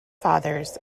fathers